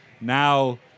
Now